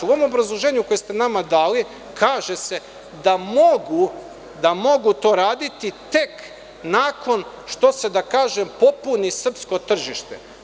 U onom obrazloženju koje ste nama dali kaže se da mogu to raditi tek nakon što se, da kažem, popuni srpsko tržište.